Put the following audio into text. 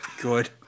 Good